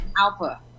alpha